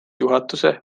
juhatuse